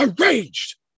arranged